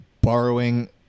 borrowing